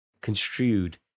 construed